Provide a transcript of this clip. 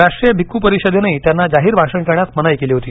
राष्ट्रीय भिक्खू परिषदेनही त्यांना जाहीर भाषण करण्यास मनाई केली होती